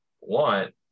want